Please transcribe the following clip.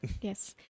yes